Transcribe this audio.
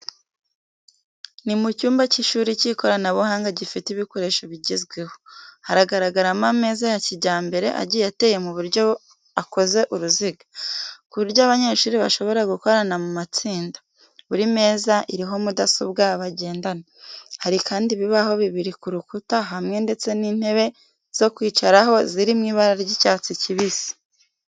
Ni mu cyumba cy’ishuri cy’ikoranabuhanga gifite ibikoresho bigezweho. Haragaragaramo ameza ya kijyambere agiye ateye mu buryo akoze uruziga, ku buryo abanyeshuri bashobora gukorana mu matsinda. Buri meza iriho mudasobwa bagendana. Hari kandi ibibaho bibiri ku rukuta hamwe ndetse n'intebe zo kwicaraho ziri mu ibara ry'icyatsi kibisi.